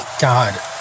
God